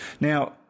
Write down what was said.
Now